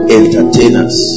entertainers